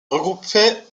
regroupait